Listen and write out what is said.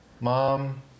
mom